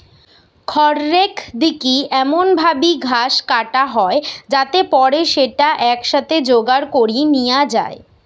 খড়রেক দিকি এমন ভাবি ঘাস কাটা হয় যাতে পরে স্যাটা একসাথে জোগাড় করি নিয়া যায়